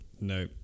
No